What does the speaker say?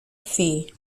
fee